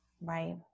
Right